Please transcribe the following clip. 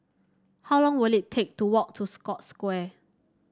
how long will it take to walk to Scotts Square